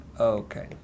okay